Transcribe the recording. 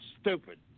stupid